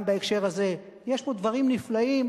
גם בהקשר הזה יש פה דברים נפלאים.